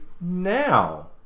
now